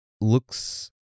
looks